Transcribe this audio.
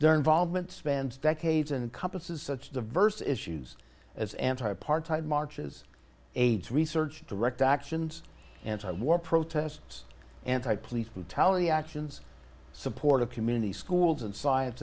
their involvement spans decades and compass is such diverse issues as anti apartheid marches aids research direct actions anti war protests anti police brutality actions support of community schools and science